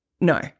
No